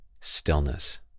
stillness